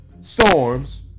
storms